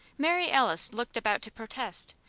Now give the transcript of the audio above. mary alice looked about to protest,